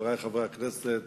חברי חברי הכנסת,